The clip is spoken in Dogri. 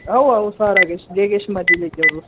आओ आओ सारा किश जे किश मर्ज़ी लेई जाओ तुस